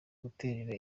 guterera